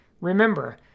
Remember